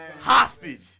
hostage